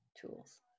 tools